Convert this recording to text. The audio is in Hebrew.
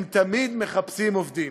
הם תמיד מחפשים עובדים",